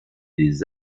des